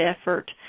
effort